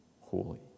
holy